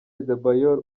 adebayor